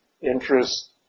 interest